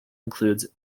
includes